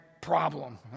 Problem